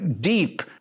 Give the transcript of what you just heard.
deep